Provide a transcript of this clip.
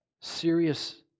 serious